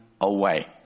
away